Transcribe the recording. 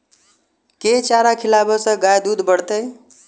केँ चारा खिलाबै सँ गाय दुध बढ़तै?